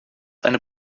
eine